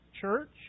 church